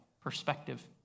perspective